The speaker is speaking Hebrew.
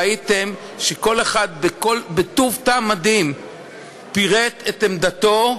ראיתם שכל אחד בטוב טעם מדהים פירט את עמדתו,